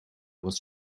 was